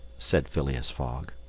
said phileas fogg.